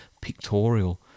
pictorial